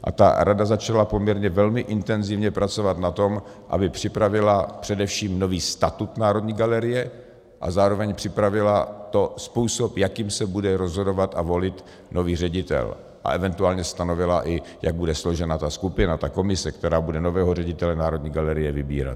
A ta rada začala poměrně velmi intenzivně pracovat na tom, aby připravila především nový statut Národní galerie a zároveň připravila způsob, jakým se bude rozhodovat a volit nový ředitel, event. stanovila, jak bude složena ta skupina, ta komise, která bude nového ředitele Národní galerie vybírat.